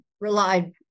relied